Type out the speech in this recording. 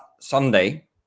Sunday